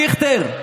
אבי דיכטר,